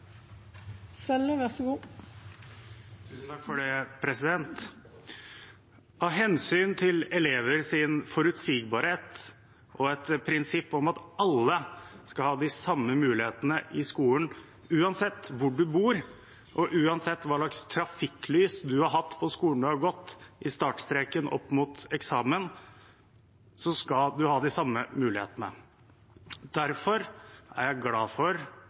Av hensyn til elevers forutsigbarhet og et prinsipp om at alle skal ha de samme mulighetene i skolen uansett hvor en bor, og uansett hva slags trafikklys skolen har hatt på startstreken opp mot eksamen, er jeg glad for at regjeringen med Senterpartiet og Arbeiderpartiet lytter til elevene, sikrer forutsigbarhet og avlyser eksamen.